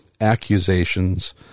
accusations